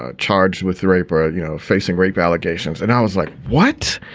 ah charged with rape or, you know, facing rape allegations. and i was like, what?